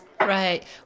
Right